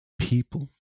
people